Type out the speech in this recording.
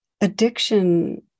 Addiction